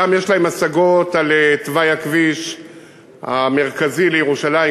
גם יש להם השגות על תוואי הכביש המרכזי לירושלים,